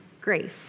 grace